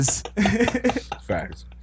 Facts